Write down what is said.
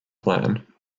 plan